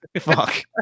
fuck